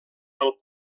pel